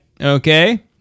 Okay